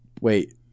wait